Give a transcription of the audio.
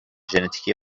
ژنتیکی